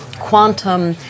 quantum